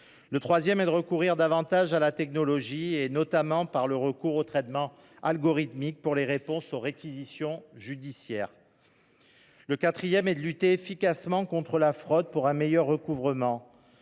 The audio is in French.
Le troisième axe consiste à recourir davantage à la technologie, notamment au traitement algorithmique, pour répondre aux réquisitions judiciaires. Le quatrième est de lutter efficacement contre la fraude par un meilleur recouvrement.